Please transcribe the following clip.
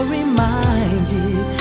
reminded